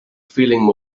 feeling